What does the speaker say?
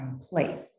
place